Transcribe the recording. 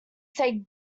sake